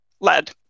lead